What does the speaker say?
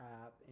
app